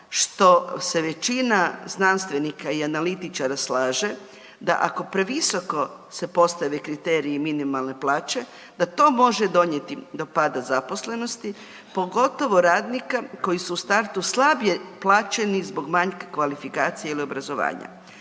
što se većina znanstvenika i analitičara slaže da ako previsoko se postave kriteriji minimalne plaće da to može donijeti do pada zaposlenosti, pogotovo radnika koji su u startu slabije plaćeni zbog manjka kvalifikacije ili obrazovanja.